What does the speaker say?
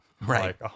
Right